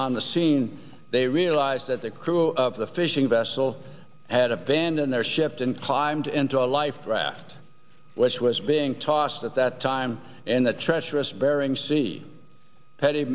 on the scene i mean they realize that the crew of the fishing vessel had abandoned their ships and climbed into a life raft which was being tossed at that time in the treacherous bering sea petty